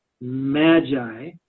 Magi